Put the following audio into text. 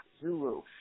Zulu